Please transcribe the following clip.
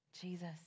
Jesus